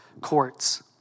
courts